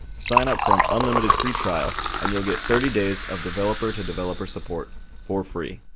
sign up for an unlimited free trial and you'll get thirty days of developer-to-developer support for free.